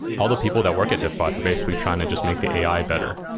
all the people that work at diffbot are basically trying to just make the ai better.